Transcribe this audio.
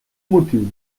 motiu